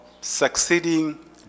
succeeding